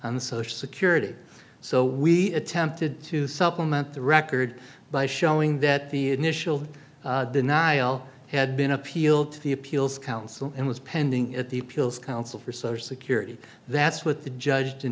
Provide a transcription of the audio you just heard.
on social security so we attempted to supplement the record by showing that the initial denial had been appealed to the appeals council and was pending at the pills counsel for social security that's what the judge did